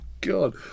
God